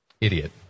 Idiot